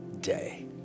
day